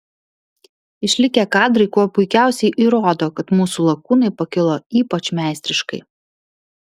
išlikę kadrai kuo puikiausiai įrodo kad mūsų lakūnai pakilo ypač meistriškai